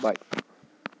bye